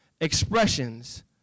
expressions